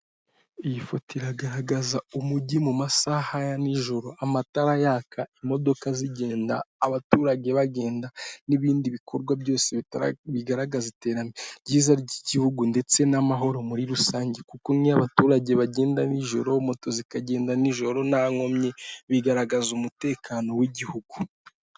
Iyi foto iragaragaza umujyi mu masaha ya nijoro, amatara yaka imodoka zigenda, abaturage bagenda n'ibindi bikorwa byose bigaragaza itera ryiza ry'igihugu ndetse n'amahoro muri rusange, kuko niyo abaturage bagenda nijoro moto zikagenda nijoro nta nkomyi bigaragaza umutekano w'igihugu.